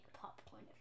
popcorn